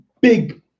big